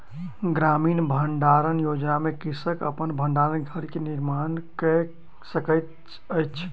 ग्रामीण भण्डारण योजना में कृषक अपन भण्डार घर के निर्माण कय सकैत अछि